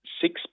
six